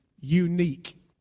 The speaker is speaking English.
unique